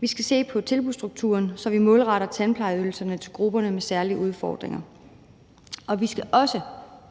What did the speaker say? Vi skal se på tilbudsstrukturen, så vi målretter tandplejeydelserne til grupperne med særlige udfordringer. Og vi skal også